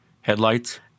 headlights